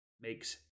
makes